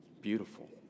Beautiful